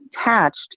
attached